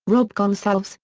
rob gonsalves,